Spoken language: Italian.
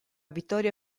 vittoria